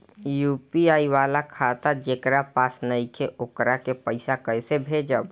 UPI वाला खाता जेकरा पास नईखे वोकरा के पईसा कैसे भेजब?